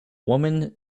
woman